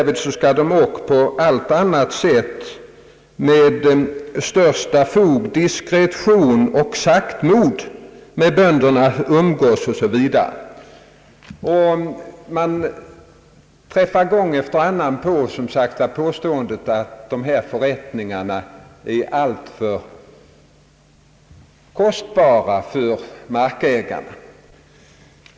Man skulle ock på allt annat sätt med största fog, diskretion och saktmod med bönderna umgås, osv. Man träffar som sagt gång efter annan på påståenden att dessa förrättningar är alltför kostsamma för markägarna.